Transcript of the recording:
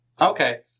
Okay